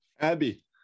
Abby